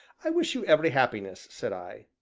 i wish you every happiness, said i.